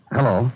Hello